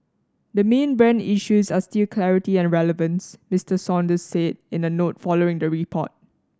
the main brand issues are still clarity and relevance Mister Saunders said in a note following the report